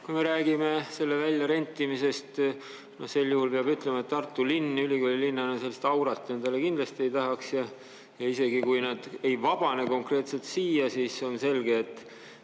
kui me räägime [vangla] väljarentimisest. Sel juhul peab ütlema, et Tartu linn ülikoolilinnana sellist aurat endale kindlasti ei tahaks. Ja isegi kui nad ei vabane konkreetselt siia, siis on selge, et